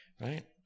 right